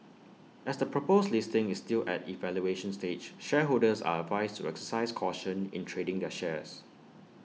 as the proposed listing is still at evaluation stage shareholders are advised to exercise caution in trading their shares